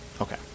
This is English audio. Okay